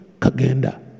Kagenda